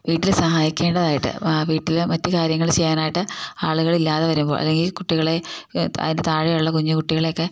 വീട്ടിൽ സഹായിക്കേണ്ടതായിട്ട് വീട്ടിൽ മറ്റു കാര്യങ്ങൾ ചെയ്യാനായിട്ട് ആളുകളില്ലാതെ വരുമ്പോൾ അല്ലെങ്കിൽ കുട്ടികളെ അതിൻ്റെ താഴെയുള്ള കുഞ്ഞു കുട്ടികളെയൊക്കെ